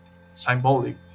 symbolic